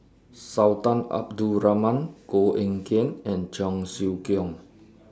Sultan Abdul Rahman Koh Eng Kian and Cheong Siew Keong